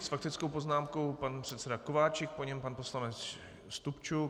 S faktickou poznámkou pan předseda Kováčik, po něm pan poslanec Stupčuk.